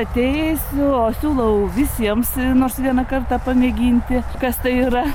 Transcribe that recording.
ateisiu o siūlau visiems nors vieną kartą pamėginti kas tai yra